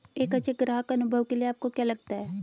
एक अच्छे ग्राहक अनुभव के लिए आपको क्या लगता है?